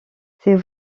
c’est